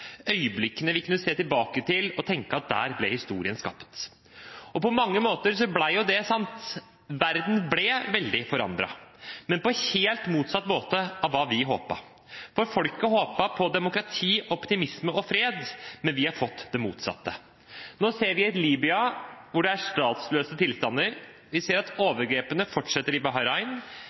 øyeblikkene vi kunne se tilbake på og tenke at der ble historien skapt. Og på mange måter ble jo det sant. Verden ble veldig forandret, men på helt motsatt måte av hva vi håpet. Folket håpet på demokrati, optimisme og fred, men vi har fått det motsatte. Nå ser vi et Libya hvor det er statsløse tilstander. Vi ser at overgrepene fortsetter i